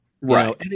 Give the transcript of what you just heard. right